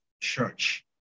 church